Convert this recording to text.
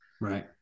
Right